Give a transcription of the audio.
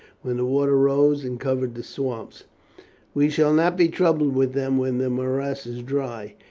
when the water rose and covered the swamps we shall not be troubled with them when the morasses dry.